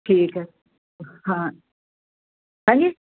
ਠੀਕ ਹੈ ਹਾਂ ਹਾਂਜੀ